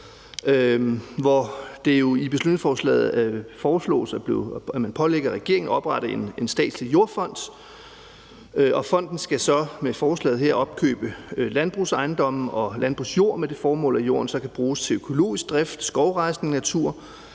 i beslutningsforslaget, at man pålægger regeringen at oprette en statslig jordfond, og fonden skal så efter forslaget her opkøbe landbrugsejendomme og landbrugsjord med det formål, at jorden så kan bruges til økologisk drift, skovrejsning, natur